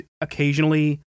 occasionally